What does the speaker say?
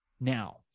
now